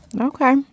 Okay